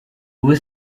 ubu